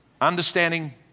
understanding